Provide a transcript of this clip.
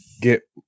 get